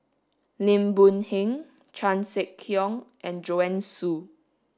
Lim Boon Heng Chan Sek Keong and Joanne Soo